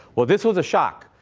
well, this was a shock.